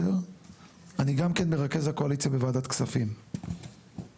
אני גם כן מרכז הקואליציה בוועדת כספים --- מכירה.